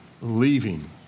leaving